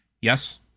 Yes